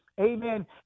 amen